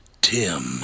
Tim